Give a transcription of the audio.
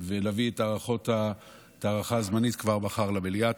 ולהביא את ההארכה הזמנית כבר מחר למליאה.